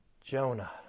Jonah